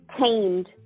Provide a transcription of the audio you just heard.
tamed